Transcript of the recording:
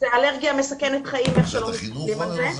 זו אלרגיה מסכנת חיים איך שלא מסתכלים על זה.